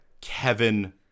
Kevin